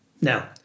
Now